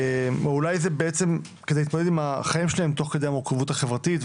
או אולי זה בעצם כדי להתמודד עם החיים שלהם תוך כדי המורכבות החברתית.